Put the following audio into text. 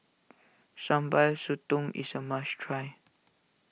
Sambal Sotong is a must try